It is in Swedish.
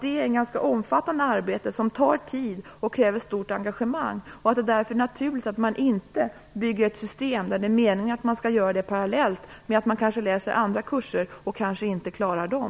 Det är ett ganska omfattande arbete, som tar tid och kräver stort engagemang, och det är därför naturligt att man inte bygger upp ett system där det är meningen att man skall göra det parallellt med att man kanske läser andra kurser och kanske inte klarar dem.